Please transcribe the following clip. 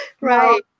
right